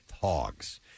hogs